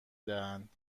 دهند